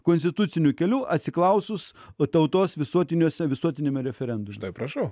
konstituciniu keliu atsiklausus o tautos visuotiniuose visuotiniame referendume prašau